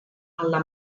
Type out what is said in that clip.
alla